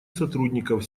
сотрудников